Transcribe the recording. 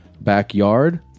Backyard